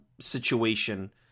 situation